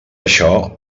això